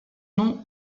nom